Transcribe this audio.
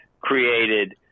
created